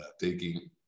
taking